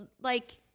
Like-